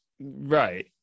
right